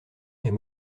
est